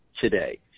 today